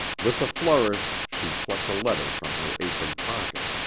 with a flourish, she plucked a letter from her apron pocket.